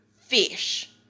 fish